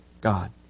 God